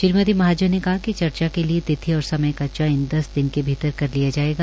श्रीमती महाजन ने कहा कि चर्चा के लिए तिथि और समय का चयन दस दिन के भीतर कर लिया जायेगा